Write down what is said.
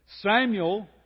Samuel